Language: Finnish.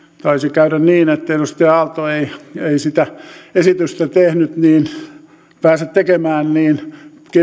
taisi käydä niin että edustaja aalto ei sitä esitystä pääse tekemään niin